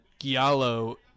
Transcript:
giallo